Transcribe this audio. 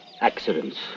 accidents